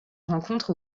rencontre